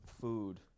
food